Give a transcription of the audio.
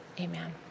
amen